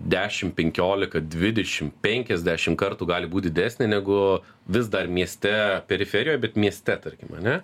dešim penkiolika dvidešim penkiasdešim kartų gali būt didesnė negu vis dar mieste periferijoj bet mieste tarkim ane